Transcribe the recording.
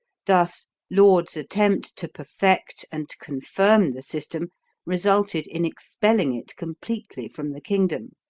thus laud's attempt to perfect and confirm the system resulted in expelling it completely from the kingdom.